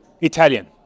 Italian